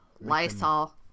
Lysol